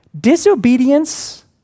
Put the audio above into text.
Disobedience